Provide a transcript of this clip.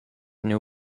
new